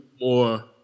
more